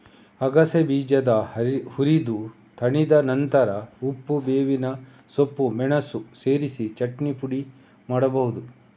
ಅಗಸೆ ಬೀಜಾನ ಹುರಿದು ತಣಿದ ನಂತ್ರ ಉಪ್ಪು, ಬೇವಿನ ಸೊಪ್ಪು, ಮೆಣಸು ಸೇರಿಸಿ ಚಟ್ನಿ ಪುಡಿ ಮಾಡ್ಬಹುದು